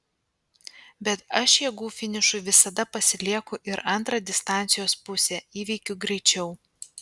bet aš jėgų finišui visada pasilieku ir antrą distancijos pusę įveikiu greičiau